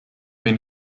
been